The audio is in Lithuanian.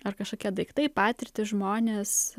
ar kažkokie daiktai patirtys žmonės